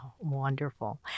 wonderful